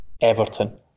Everton